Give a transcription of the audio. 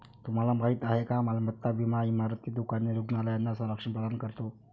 तुम्हाला माहिती आहे का मालमत्ता विमा इमारती, दुकाने, रुग्णालयांना संरक्षण प्रदान करतो